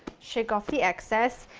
shake off the excess.